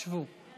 שבו.